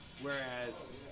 whereas